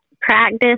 practice